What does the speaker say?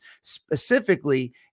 Specifically